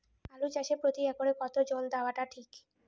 আলু চাষে প্রতি একরে কতো জল দেওয়া টা ঠিক?